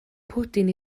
pwdin